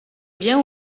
bien